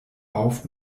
auf